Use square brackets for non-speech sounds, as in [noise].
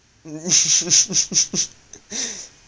[laughs]